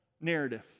narrative